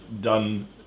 done